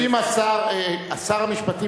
שר המשפטים,